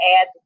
add